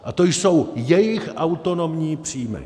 A to jsou jejich autonomní příjmy.